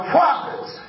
prophets